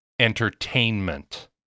entertainment